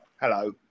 Hello